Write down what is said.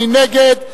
מי נגד?